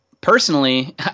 Personally